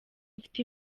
mfite